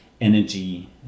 energy